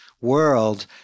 world